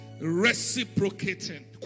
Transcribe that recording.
reciprocating